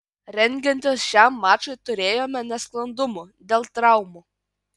rengiantis šiam mačui turėjome nesklandumų dėl traumų